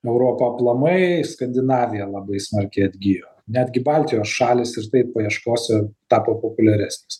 europa aplamai skandinavija labai smarkiai atgijo netgi baltijos šalys ir tai paieškose tapo populiaresnės